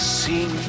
seen